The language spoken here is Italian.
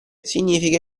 significa